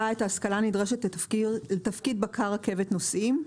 את ההשכלה הנדרשת לתפקיד בקר רכבת נוסעים.